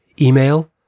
Email